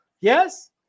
Yes